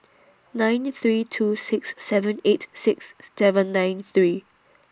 nine three two six seven eight six seven nine three